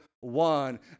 one